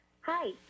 Hi